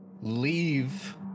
leave